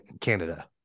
canada